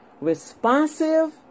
responsive